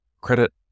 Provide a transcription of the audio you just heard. Credit